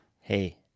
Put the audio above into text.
hey